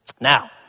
Now